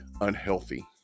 unhealthy